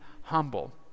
humble